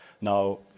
Now